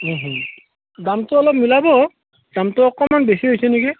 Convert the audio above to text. দামটো অলপ মিলাব দামটো অকণমান বেছি হৈছে নেকি